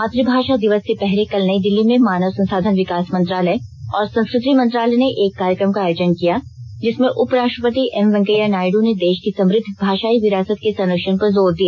मातभाषा दिवस से पहले कल नई दिल्ली में मानव संसाधन विकास मंत्रालय और संस्कृति मंत्रालय ने एक कार्यक्रम का आयोजन किया जिसमें उप राष्ट्रपति एम वेंकैया नायडू ने देश की समुद्ध भाषाई विरासत के संरक्षण पर जोर दिया